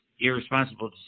irresponsible